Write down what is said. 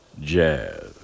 Jazz